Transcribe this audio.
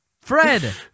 Fred